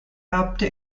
erbte